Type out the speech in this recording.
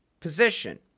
position